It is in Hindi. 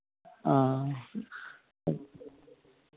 हाँ